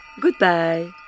Goodbye